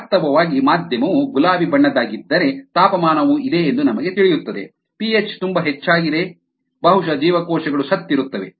ವಾಸ್ತವವಾಗಿ ಮಾಧ್ಯಮವು ಗುಲಾಬಿ ಬಣ್ಣದ್ದಾಗಿದ್ದರೆ ತಾಪಮಾನವು ಇದೆ ಎಂದು ನಮಗೆ ತಿಳಿಯುತ್ತದೆ ಪಿಹೆಚ್ ತುಂಬಾ ಹೆಚ್ಚಾಗಿದೆ ಬಹುಶಃ ಜೀವಕೋಶಗಳು ಸತ್ತಿರುತ್ತವೆ